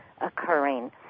Occurring